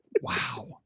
Wow